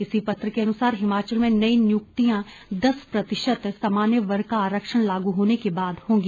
इसी पत्र के अनुसार हिमाचल में नई नियुक्तियां दस प्रतिशत सामान्य वर्ग का आरक्षण लागू होने के बाद होंगी